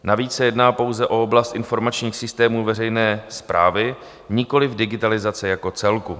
Navíc se jedná pouze o oblast informačních systémů veřejné správy, nikoliv digitalizace jako celku.